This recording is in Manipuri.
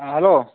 ꯑꯥ ꯍꯜꯂꯣ